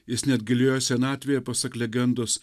jis net gilioje senatvėje pasak legendos